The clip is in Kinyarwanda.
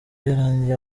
yarangiye